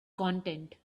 content